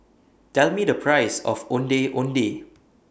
Tell Me The Price of Ondeh Ondeh